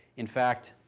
in fact,